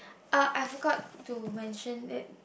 ah I forgot to mention that